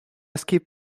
skip